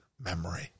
memory